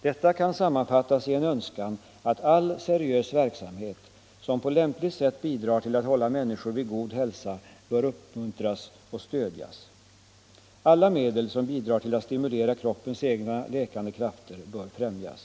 Detta kan sammanfattas i en önskan att Ang. rätten att all seriös verksamhet som på lämpligt sätt bidrar till att hålla människor — använda vissa s.k. vid god hälsa, bör uppmuntras och stödjas. Alla medel som bidrar till naturläkemedel, att stimulera kroppens egna läkande krafter bör främjas.